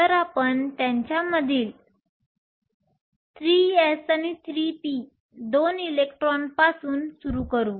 तर आपण त्यांच्यामधील 3s आणि 3p दोन इलेक्ट्रॉन पासून सुरू करू